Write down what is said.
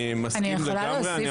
אני מסכים לגמרי.